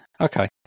Okay